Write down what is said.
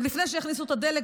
עוד לפני שכבר הכניסו את הדלק,